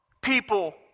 people